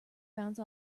bounce